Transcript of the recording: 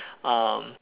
um